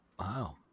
Wow